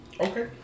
Okay